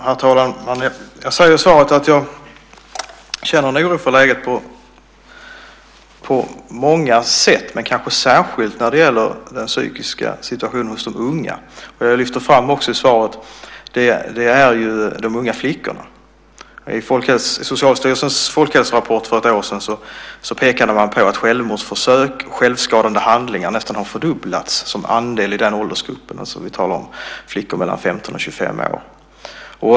Herr talman! Jag säger i svaret att jag känner en oro för läget på många sätt men kanske särskilt när det gäller den psykiska situationen hos de unga. Jag lyfte också i svaret fram de unga flickorna. I Socialstyrelsens folkhälsorapport för ett år sedan pekade man på att självmordsförsök och självskadande handlingar nästan har fördubblats som andel i den åldersgrupp vi talar om, alltså flickor mellan 15 och 25 år.